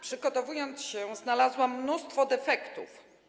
Przygotowując się, znalazłam mnóstwo defektów.